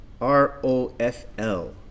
R-O-F-L